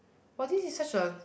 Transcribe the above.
!wah! this is such a